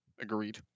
Agreed